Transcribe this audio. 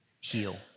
heal